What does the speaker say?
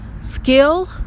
skill